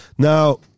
Now